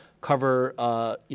cover